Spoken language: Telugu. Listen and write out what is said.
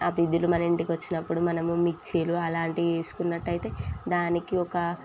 అతిథులు మన ఇంటికి వచ్చినప్పుడు మనము మిక్సీలు అలాంటివి వేసుకున్నట్టు అయితే దానికి ఒక